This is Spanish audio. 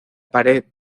pared